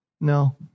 No